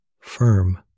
firm